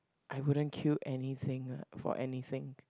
I wouldn't queue anything ah for anything